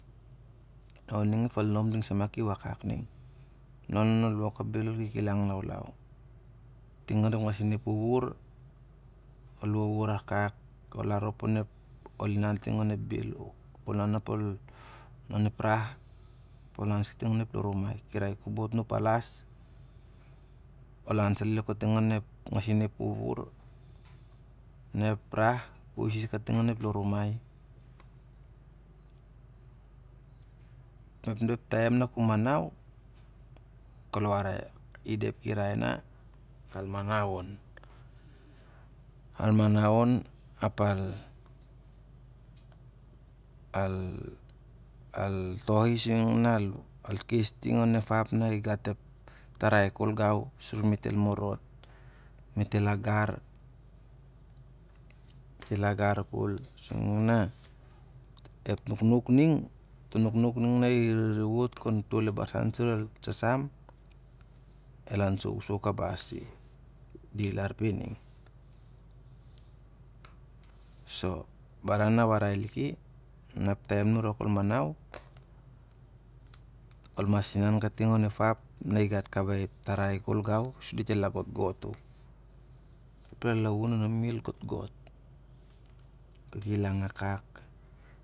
Oning ef faliaow ding samah ki wakak niag. Na ol wok ap bel u kikilang laulau ting onep ngasin ep wuwur, ol wuwur akak, ol argo ol unan tin kating cap belo ap ol inan onep ran ap ol inan kating onep lon rumai. Ep kirai na al manau on ap al, al, al, tohi sar alkes ting igat ep ao na tarai kol gau sur met el mord, met el langar, met el langar kol sur ning aa ep nuknuk nung, ep wukwuk naug na i rere wut kon fol ep barsan sur el sasam, el ansou sou kabas i pe, lao pe ning, so baran na warai liki, na ep tagau na u rak ol manau ol nias insn kating on ep ap na i gat ep tarai kol gau, sur dit el a gotgot u. Ep lalaun anaiau el gotgot, a kikilang aka.